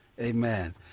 Amen